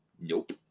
Nope